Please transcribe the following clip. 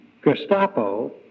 Gestapo